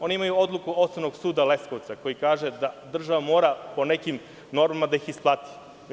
Oni imaju odluku Osnovnog suda Leskovca, koja kaže da država mora po nekim normama da ih isplati.